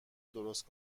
درست